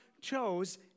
chose